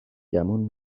گمون